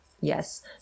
yes